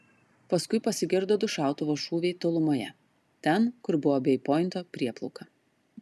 paskui pasigirdo du šautuvo šūviai tolumoje ten kur buvo bei pointo prieplauka